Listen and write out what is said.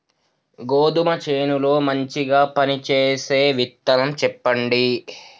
గోధుమ చేను లో మంచిగా పనిచేసే విత్తనం చెప్పండి?